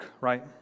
right